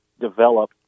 develop